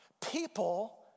People